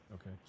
Okay